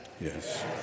Yes